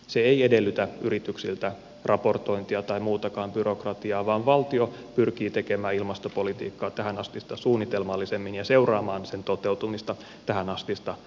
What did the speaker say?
se ei edellytä yrityksiltä raportointia tai muutakaan byrokratiaa vaan valtio pyrkii tekemään ilmastopolitiikkaa tähänastista suunnitelmallisemmin ja seuraamaan sen toteutumista tähänastista paremmin